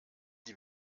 die